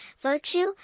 virtue